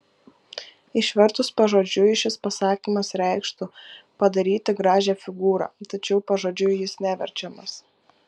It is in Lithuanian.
išvertus pažodžiui šis pasakymas reikštų padaryti gražią figūrą tačiau pažodžiui jis neverčiamas